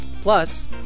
Plus